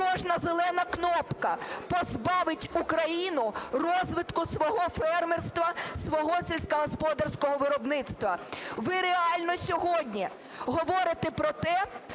кожна зелена кнопка позбавить Україну розвитку свого фермерства, свого сільськогосподарського виробництва. Ви реально сьогодні говорите про те,